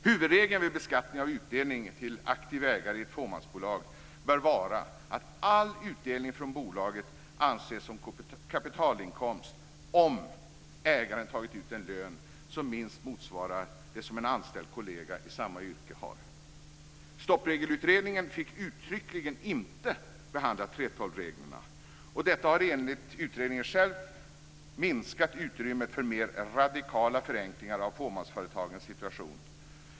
Huvudregeln vid beskattning av utdelning till aktiv ägare i ett fåmansbolag bör vara att all utdelning från bolaget anses som kapitalinkomst om ägaren tagit ut en lön som minst motsvarar den som en anställd kollega i samma yrke har. Stoppregelutredningen fick uttryckligen inte behandla 3:12-reglerna, och detta har enligt utredningen minskat utrymmet för mer radikala förenklingar av fåmansföretagens situation.